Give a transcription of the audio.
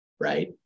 Right